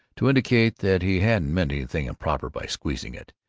to indicate that he hadn't meant anything improper by squeezing it,